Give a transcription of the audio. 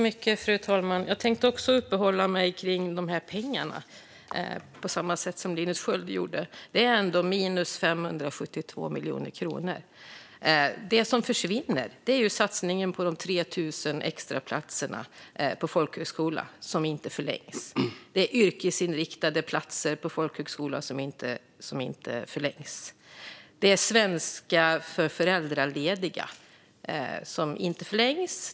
Fru talman! Jag tänkte också uppehålla mig vid pengarna, på samma sätt som Linus Sköld. Det är ändå minus 572 miljoner kronor, och det som försvinner är satsningen på de 3 000 extraplatserna på folkhögskolor, som inte förlängs. Det är yrkesinriktade platser som inte förlängs. Det är svenska för föräldralediga som inte förlängs.